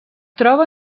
troba